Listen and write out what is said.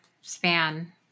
span